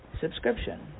subscription